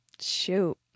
Shoot